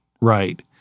right